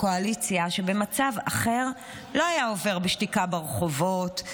לקואליציה שבמצב אחר לא היו עוברים עליהם בשתיקה ברחובות.